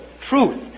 truth